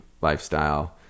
lifestyle